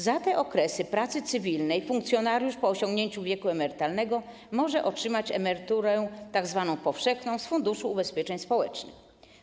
Za te okresy pracy cywilnej funkcjonariusz po osiągnięciu wieku emerytalnego może otrzymać emeryturę tzw. powszechną z Funduszu Ubezpieczeń Społecznych.